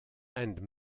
and